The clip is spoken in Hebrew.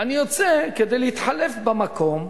אני יוצא כדי להתחלף במקום,